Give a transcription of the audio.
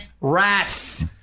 Rats